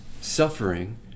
suffering